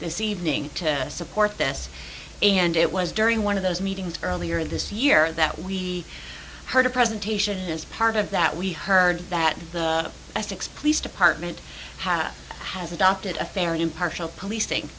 this evening to support this and it was during one of those meetings earlier this year that we heard a presentation as part of that we heard that the essex police department has adopted a fair and impartial policing